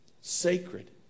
sacred